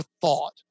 thought